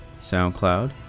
soundcloud